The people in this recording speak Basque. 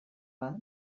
bat